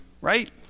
right